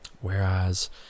whereas